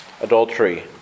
adultery